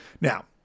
Now